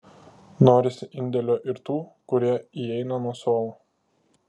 norisi indėlio ir tų kurie įeina nuo suolo